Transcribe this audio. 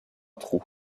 trou